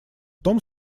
том